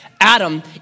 Adam